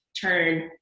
turn